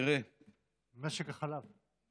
משק החלב.